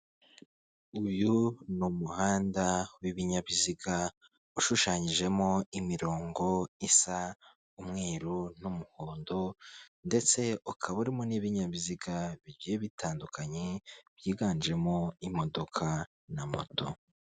Uyu ni umuhanda w'ibinyabiziga ushushanyijemo imirongo isa umweru n'umuhondo, ndetse ukaba urimo n'ibinyabiziga bigiye bitandukanye, byiganjemo imodoka na moto.